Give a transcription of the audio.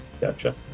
Gotcha